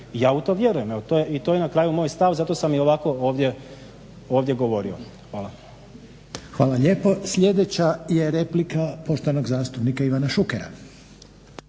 Ja u to vjerujem. I to je na kraju moj stav. Zato sam i ovako ovdje govorio. Hvala. **Reiner, Željko (HDZ)** Hvala lijepo. Sljedeća je replika poštovanog zastupnika Ivana Šukera.